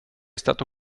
stato